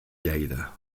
lleida